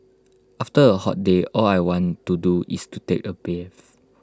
after A hot day all I want to do is to take A bath